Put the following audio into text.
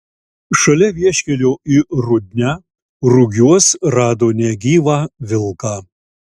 šalia vieškelio į rudnią rugiuos rado negyvą vilką